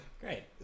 Great